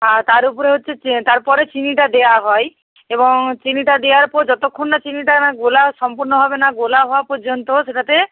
আর তার উপরে হচ্ছে চে তারপরে চিনিটা দেওয়া হয় এবং চিনিটা দেওয়ার পর যতক্ষণ না চিনিটা না গলা সম্পূর্ণ ভাবে না গলা হওয়া পর্যন্ত সেটাতে